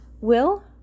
Will